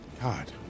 God